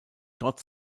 trotz